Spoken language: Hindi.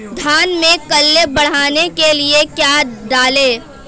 धान में कल्ले बढ़ाने के लिए क्या डालें?